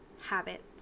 habits